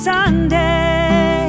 Sunday